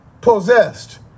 possessed